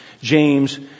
James